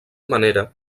manera